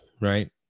right